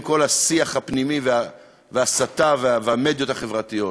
עם כל השיח הפנימי וההסתה והמדיות החברתיות.